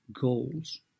goals